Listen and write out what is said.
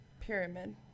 pyramid